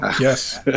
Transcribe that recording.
Yes